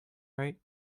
right